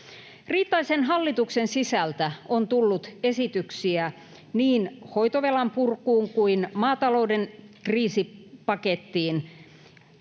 Riitaisen hallituksen sisältä on tullut esityksiä niin hoitovelan purkuun kuin maatalouden kriisipakettiin.